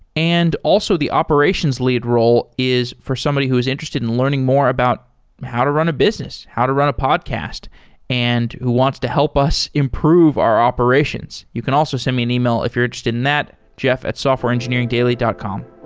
and also the operations lead role is for somebody who's interested in learning more about how to run a business, how to run a podcast and who wants to help us improve our operations. you can also send me an email if you're just in that, jeff at softwareengineeringdaily dot com